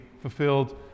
fulfilled